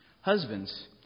Husbands